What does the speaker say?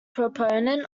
proponent